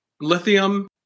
lithium